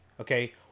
Okay